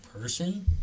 person